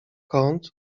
kąt